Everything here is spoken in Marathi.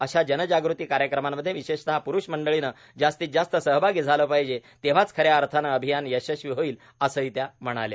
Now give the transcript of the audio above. अश्या जनजाग़ती कार्यक्रमामध्ये विशेषता प्रुषमंडळीनं जास्तीत जास्त सहभागी झाले पाहिजे तेव्हाच खऱ्या अर्थानं अभियान यशस्वी होईल असं त्या म्हणाल्या